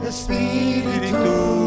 Espíritu